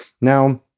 Now